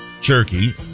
Jerky